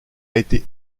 été